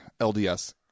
LDS